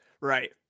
Right